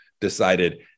decided